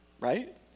Right